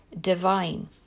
divine